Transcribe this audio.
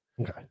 Okay